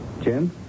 Jim